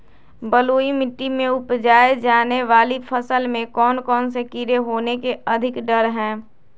बलुई मिट्टी में उपजाय जाने वाली फसल में कौन कौन से कीड़े होने के अधिक डर हैं?